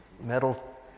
metal